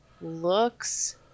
looks